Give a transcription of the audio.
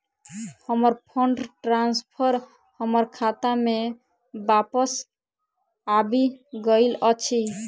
हमर fund transfer हमर खाता मे बापस आबि गइल अछि